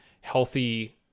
healthy